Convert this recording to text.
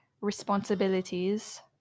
responsibilities